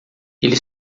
ele